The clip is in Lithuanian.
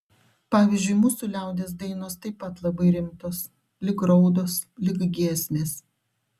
pavyzdžiui mūsų liaudies dainos taip pat labai rimtos lyg raudos lyg giesmės